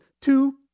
two